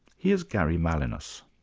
here's gary malinas.